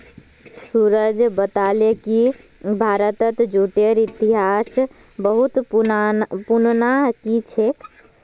सूरज बताले कि भारतत जूटेर इतिहास बहुत पुनना कि छेक